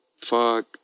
fuck